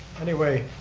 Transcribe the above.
anyway,